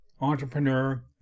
entrepreneur